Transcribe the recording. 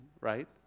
right